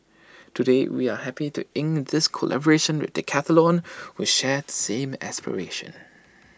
today we are happy to ink this collaboration with Decathlon who share the same aspiration